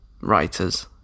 writers